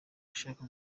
ashaka